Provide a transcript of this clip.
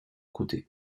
côté